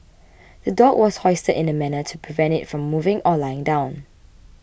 the dog was hoisted in a manner to prevent it from moving or lying down